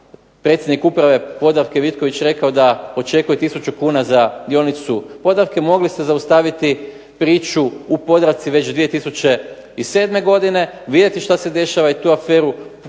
predsjednik Uprave Podravke Vitković rekao da očekuje tisuću kuna za dionicu Podravke, mogli ste zaustaviti priču u Podravci već 2007. godine. Vidjeti tu aferu